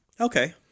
okay